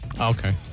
Okay